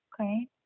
okay